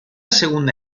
segunda